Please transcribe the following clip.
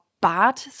bad